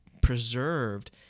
preserved